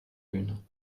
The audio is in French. une